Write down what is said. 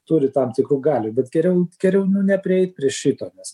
turi tam tikrų galių bet geriau geriau neprieit prie šito nes